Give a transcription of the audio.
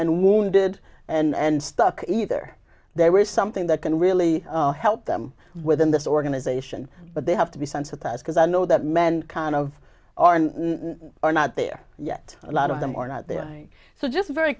and wounded and stuck either there is something that can really help them within this organization but they have to be sensitized because i know that men kind of are not there yet a lot of them or not there so just very